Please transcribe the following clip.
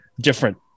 different